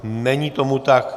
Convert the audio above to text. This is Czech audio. Není tomu tak.